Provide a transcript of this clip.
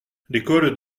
l’école